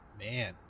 Man